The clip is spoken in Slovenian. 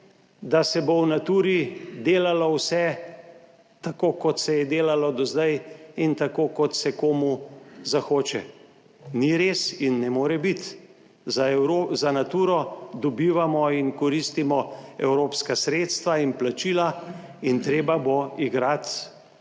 da se bo v Naturi delalo vse tako, kot se je delalo do zdaj, in tako, kot se komu zahoče. Ni res in ne more biti. Za Naturo dobivamo in koristimo evropska sredstva in plačila in treba bo igrati